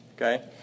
Okay